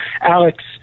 Alex